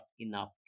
enough